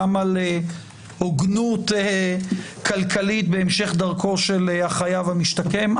גם על הוגנות כלכלית בהמשך דרכו של החייב המשתקם.